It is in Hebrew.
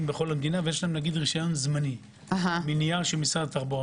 עם רשיון זמני מנייר של משרד התחבורה.